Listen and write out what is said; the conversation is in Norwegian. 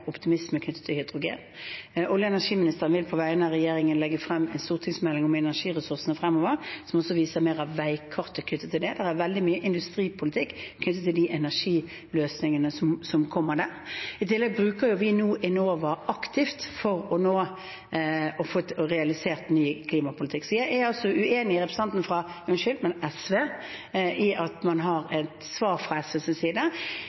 optimisme knyttet til hydrogen. Olje- og energiministeren vil på vegne av regjeringen legge frem en stortingsmelding om energiressursene fremover som også viser mer av veikartet knyttet til det. Det er veldig mye industripolitikk knyttet til de energiløsningene som kommer der. I tillegg bruker vi nå Enova aktivt for å få realisert ny klimapolitikk. Jeg er uenig med representanten fra SV i at man har et svar fra SVs side.